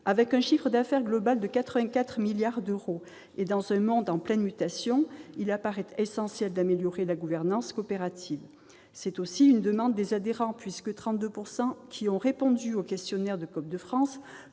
Avec un chiffre d'affaires global de 84 milliards d'euros, et dans un monde en pleine mutation, il apparaît essentiel d'améliorer la gouvernance coopérative. C'est aussi une demande des adhérents, puisque 32 % de ceux qui ont répondu au questionnaire de Coop de France